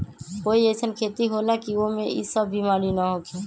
कोई अईसन खेती होला की वो में ई सब बीमारी न होखे?